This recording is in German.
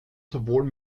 sowohl